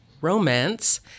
romance